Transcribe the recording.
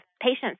patients